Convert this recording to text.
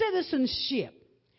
citizenship